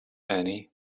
annie